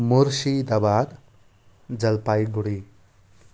Murshidabad Jalpaiguri